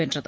வென்றது